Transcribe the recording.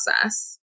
process